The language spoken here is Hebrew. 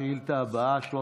השאילתה הבאה, מס'